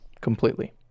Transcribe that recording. completely